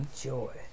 Joy